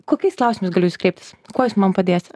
kokiais klausimais galiu į jus kreiptis kuo jūs man padėsit